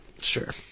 Sure